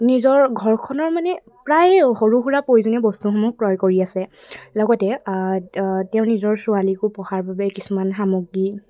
নিজৰ ঘৰখনৰ মানে প্ৰায় সৰু সুৰা প্ৰয়োজনীয় বস্তুসমূহ ক্ৰয় কৰি আছে লগতে তেওঁৰ নিজৰ ছোৱালীকো পঢ়াৰ বাবে কিছুমান সামগ্ৰী